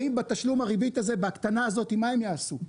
האם בתשלום הריבית הזאת, בהקטנה הזאת, מה הם יעשו?